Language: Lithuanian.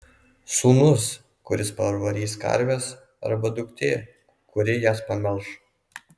sūnus kuris parvarys karves arba duktė kuri jas pamelš